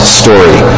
story